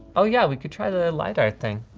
oh yeah, we could try the lidar thing.